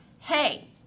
Hey